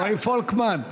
רועי פולקמן,